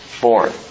born